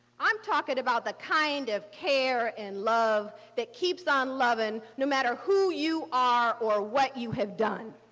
i'm talking about the kind of care and love that keeps on loving no matter who you are or what you have done.